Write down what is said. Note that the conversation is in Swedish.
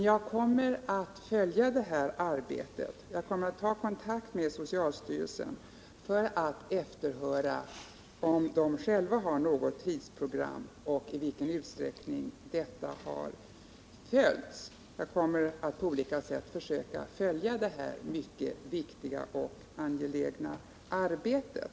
Jag kommer dock att följa detta arbete och kommer att ta kontakt med socialstyrelsen för att efterhöra om de själva har något tidsprogram och i vilken utsträckning det har följts. Jag kommer att på olika sätt försöka följa detta mycket viktiga och angelägna arbete.